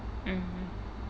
mmhmm